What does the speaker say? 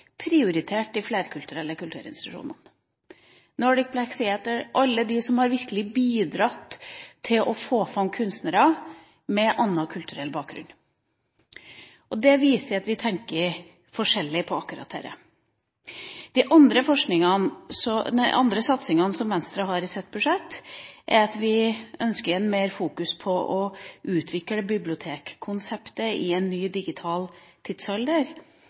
prioritert de flerkulturelle kulturinstitusjonene – Nordic Black Theatre og alle dem som virkelig har bidratt til å få fram kunstnere med en annen kulturell bakgrunn. Det viser at vi tenker forskjellig når det gjelder akkurat dette. Andre satsinger som Venstre har i sitt budsjett, er f.eks. at vi ønsker å fokusere mer på å utvikle bibliotekkonseptet i en ny digital tidsalder,